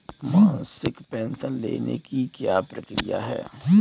मासिक पेंशन लेने की क्या प्रक्रिया है?